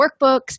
workbooks